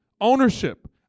Ownership